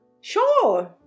Sure